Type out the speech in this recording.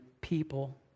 people